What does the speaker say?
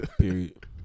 Period